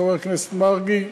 חבר הכנסת מרגי,